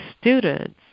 students